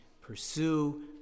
pursue